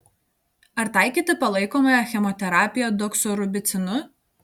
ar taikyti palaikomąją chemoterapiją doksorubicinu